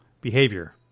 behavior